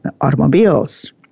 automobiles